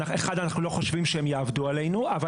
אנחנו לא חושבים שהם יעבדו עלינו אבל